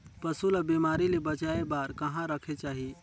पशु ला बिमारी ले बचाय बार कहा रखे चाही?